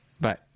Bye